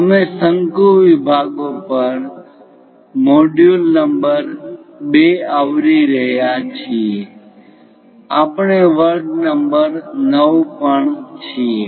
અમે શંકુ વિભાગો પર મોડ્યુલ નંબર 2 આવરી રહ્યા છીએ આપણે વર્ગ નંબર 9 પર છીએ